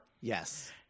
Yes